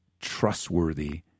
trustworthy